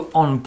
on